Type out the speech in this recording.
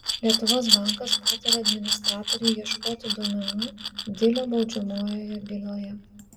lietuvos bankas patarė administratorei ieškoti duomenų dilio baudžiamojoje byloje